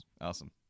Awesome